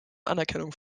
anerkennung